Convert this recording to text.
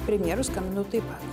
premjerui skambinau taip pat